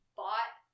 bought